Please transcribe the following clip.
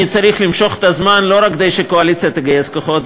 אני צריך למשוך את הזמן לא רק כדי שקואליציה תגייס כוחות,